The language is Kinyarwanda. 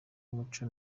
y’umuco